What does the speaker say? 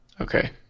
Okay